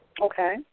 Okay